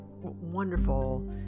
wonderful